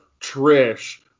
trish